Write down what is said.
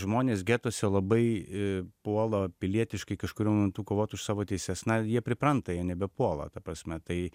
žmonės getuose labai puola pilietiškai kažkuriuo momentu kovot už savo teises na jie pripranta jie nebepuola ta prasme tai